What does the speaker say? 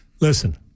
listen